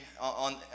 on